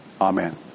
Amen